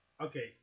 Okay